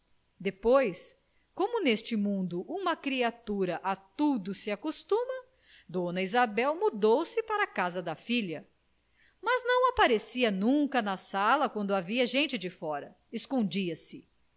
depois como neste mundo uma criatura a tudo se acostuma dona isabel mudou-se para a casa da filha mas não aparecia nunca na sala quando havia gente de fora escondia se